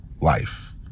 life